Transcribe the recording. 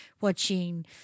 watching